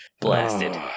Blasted